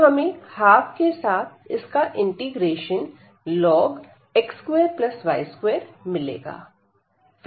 तो हमें 12के साथ इसका इंटीग्रेशन x2y2 मिलेगा